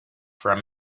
from